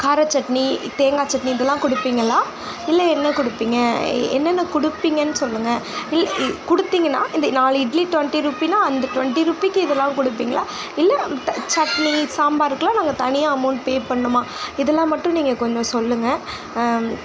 கார சட்னி தேங்காய் சட்னி இதெல்லாம் கொடுப்பீங்களா இல்லை என்ன கொடுப்பீங்க என்னென்ன கொடுப்பீங்கன்னு சொல்லுங்கள் இல் கொடுத்தீங்கனா இந்த நாலு இட்லி டுவெண்ட்டி ருப்பீனா அந்த டுவெண்ட்டி ருப்பீக்கு இதெல்லாம் கொடுப்பீங்களா இல்லை சட்னி சாம்பாருக்கெல்லாம் நாங்கள் தனியாக அமௌண்ட் பே பண்ணுமா இதெல்லாம் மட்டும் நீங்கள் கொஞ்சம் சொல்லுங்கள்